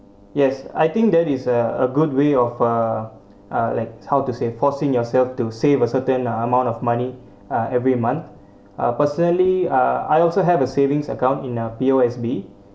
yes I think that is a a good way of a uh like how to say forcing yourself to save a certain uh amount of money uh every month uh personally uh I also have a savings account in uh P_O_S_B